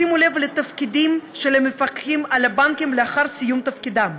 שימו לב לתפקידים של המפקחים על הבנקים לאחר סיום תפקידם,